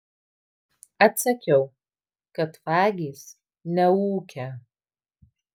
atsakiau kad vagys neūkia